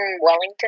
Wellington